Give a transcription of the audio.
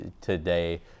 today